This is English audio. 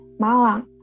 Malang